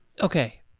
Okay